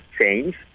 change